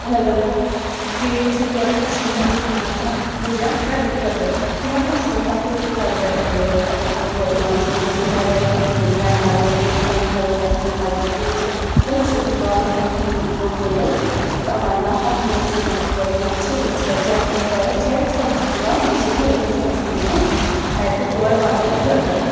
الگ الگ سٕٹیٹ چھِ تور پٮ۪ٹھ چھِ لوٗکھ یِوان تَتھ پوٗجا کَرنہٕ خٲطرٕ تِمَن خٲطرٕ چھِ تَتہِ فیسَلٹی تہِ واریاہ زیادٕ اٮ۪ویلیبٕل تھاوِمَژٕ یِم زَن اورٕ یِوان چھِ یِمَن چھِکھ جایہِ جایہِ تھٲیمٕتۍ تِم کٮ۪مپ لَگٲوِتھ تہٕ مےٚ مٮ۪ڈِکَل کٮ۪مپ تھٲیمٕتۍ لگٲیِتھ یِمَن چھِ کیٛازِ سُہ چھِ أکِس بالَس پٮ۪ٹھ لوکیٹڈ سُہ امرناتھ تَتھ موٗجوٗب چھِ یِمَن اگر یِمَن چھِ یِمَن چھِ تَتہِ جیٹ پرٛایویٹ جیٹ سٔروِس تہِ دِوان بیٚیہِ چھِ گُرٮ۪ن ہِنٛز سٔروِس تہِ دِوان تَتہِ تور واتنہٕ خٲطرٕ